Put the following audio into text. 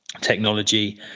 technology